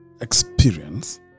experience